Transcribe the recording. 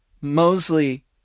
Mosley